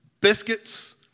biscuits